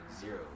zero